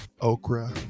Okra